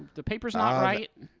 the paper's not right.